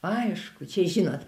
aišku čia žinot